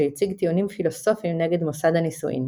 שהציג טיעונים פילוסופיים נגד מוסד הנישואין.